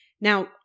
Now